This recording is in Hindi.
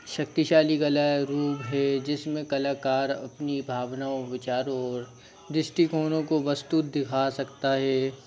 शक्तिशाली कला का रूप है जिसमें कलाकार अपनी भावनाओं विचारों और दृष्टिकोणों को वस्तु दिखा सकता है